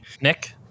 Nick